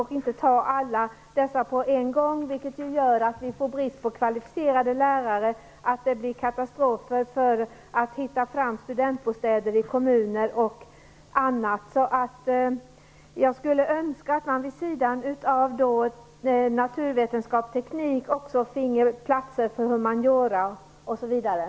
Om man gör alla tillsättningar på en gång, medför det att vi får brist på kvalificerade lärare och situationen med att få fram tillräckligt antal studentbostäder i kommunerna blir katastrofal osv. Jag skulle önska att man vid sidan av naturvetenskap och teknik också finge platser för humaniora m.m.